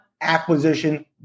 acquisition